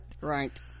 right